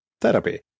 Therapy